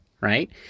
right